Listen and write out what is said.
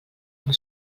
amb